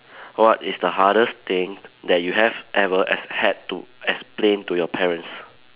what is the hardest thing that you have ever as had to explain to your parents